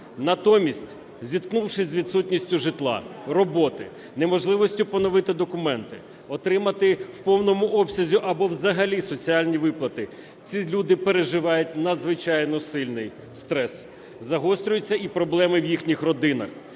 Натомість, зіткнувшись з відсутністю житла, роботи, неможливістю поновити документи, отримати в повному обсязі або взагалі соціальні виплати, ці люди переживають надзвичайно сильний стрес. Загострюються і проблеми в їхніх родинах.